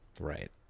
Right